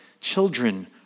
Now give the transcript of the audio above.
Children